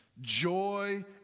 joy